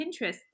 Pinterest